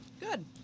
Good